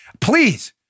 Please